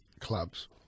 clubs